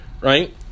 Right